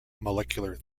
molecular